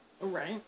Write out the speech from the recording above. Right